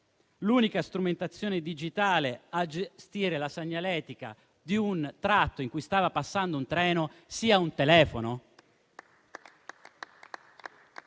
l'unica strumentazione digitale a gestire la segnaletica di un tratto in cui stava passando un treno sia un telefono?